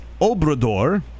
Obrador